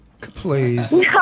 Please